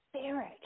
Spirit